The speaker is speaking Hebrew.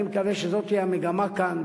אני מקווה שזו תהיה המגמה כאן,